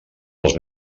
els